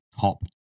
top